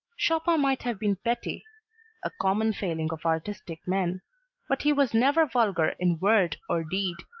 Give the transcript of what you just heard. chopin might have been petty a common failing of artistic men but he was never vulgar in word or deed.